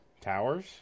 Towers